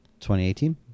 2018